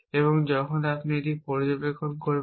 এবং যখন আপনি এই পর্যবেক্ষণ করবেন